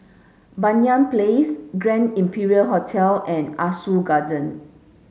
Banyan Place Grand Imperial Hotel and Ah Soo Garden